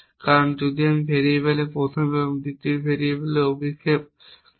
কারণ যদি আমি এই ভেরিয়েবলগুলির প্রথম এবং দ্বিতীয় ভেরিয়েবলের অভিক্ষেপ গ্রহণ করি